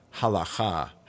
halacha